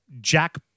Jack